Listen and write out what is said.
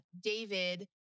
David